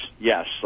yes